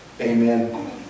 Amen